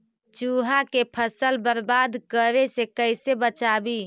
चुहा के फसल बर्बाद करे से कैसे बचाबी?